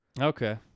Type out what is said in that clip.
Okay